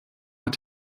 hat